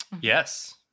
Yes